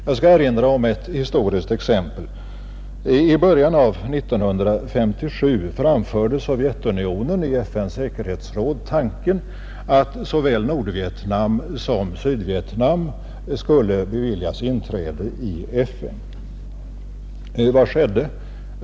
Jag skall erinra om ett historiskt exempel. I början av 1957 framförde Sovjetunionen i FN:s säkerhetsråd tanken att såväl Nordvietnam som Sydvietnam skulle beviljas inträde i FN. Vad hände?